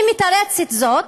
היא מתרצת זאת,